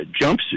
jumpsuit